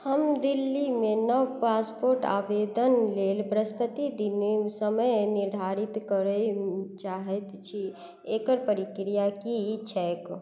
हम दिल्लीमे नव पासपोर्ट आवेदन लेल बृहस्पति दिन समय निर्धारित करै चाहै छी एकर प्रक्रिया कि छै